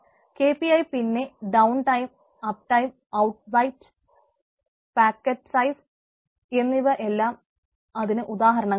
KPIപിന്നെ downtime എന്നിവ എല്ലാം അതിന് ഉദാഹരണങ്ങളാണ്